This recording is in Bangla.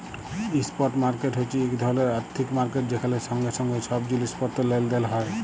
ইস্প্ট মার্কেট হছে ইক ধরলের আথ্থিক মার্কেট যেখালে সঙ্গে সঙ্গে ছব জিলিস পত্তর লেলদেল হ্যয়